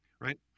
right